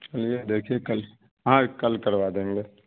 چلیے دیکھیے کل ہاں کل کروا دیں گے